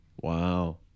wow